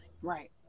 Right